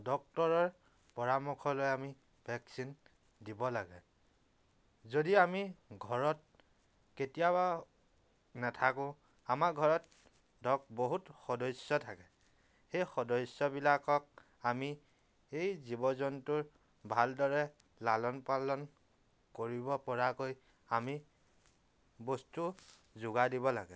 ডক্টৰৰ পৰামৰ্শ লৈ আমি ভেকচিন দিব লাগে যদি আমি ঘৰত কেতিয়াবা নেথাকো আমাৰ ঘৰত ধৰক বহুত সদস্য় থাকে সেই সদস্য়বিলাকক আমি এই জীৱ জন্তুৰ ভালদৰে লালন পালন কৰিব পৰাকৈ আমি বস্তু যোগাৰ দিব লাগে